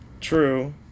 True